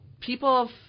people